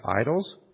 idols